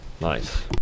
Nice